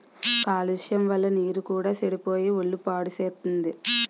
కాలుష్యం వల్ల నీరు కూడా సెడిపోయి ఒళ్ళు పాడుసేత్తుంది